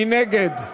מי נגד?